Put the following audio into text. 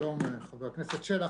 שלום חבר הכנסת שלח.